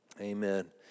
Amen